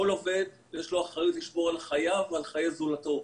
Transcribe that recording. לכל עובד יש אחריות לשמור על חייו ועל חיי זולתו.